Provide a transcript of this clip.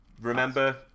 Remember